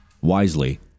Wisely